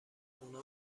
خونه